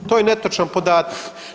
To je netočan podatak.